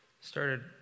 started